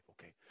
okay